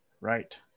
right